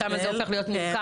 שם זה הופך להיות מורכב.